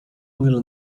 will